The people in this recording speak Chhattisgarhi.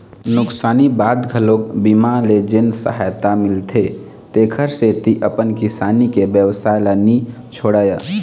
नुकसानी बाद घलोक बीमा ले जेन सहायता मिलथे तेखर सेती अपन किसानी के बेवसाय ल नी छोड़य